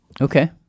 okay